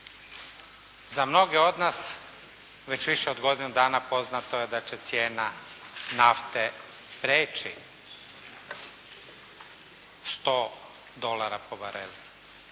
Za mnoge od nas već više od godinu dana poznato je da će cijena nafte prijeći 100 dolara po barelu.